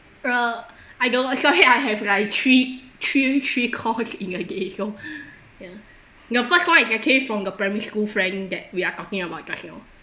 uh I don't sorry I I have like three three three calls in a day so ya the first call is actually from the primary school friend that we are talking about just now